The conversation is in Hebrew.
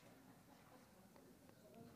כמעט,